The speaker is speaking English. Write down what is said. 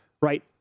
right